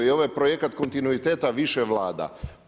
I ovo je projekat kontinuiteta više vlada.